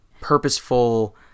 purposeful